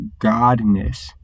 godness